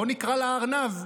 בוא נקרא לארנב,